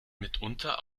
mitunter